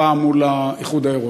הפעם מול האיחוד האירופי.